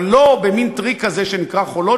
אבל לא במין טריק כזה שנקרא "חולות",